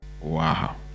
wow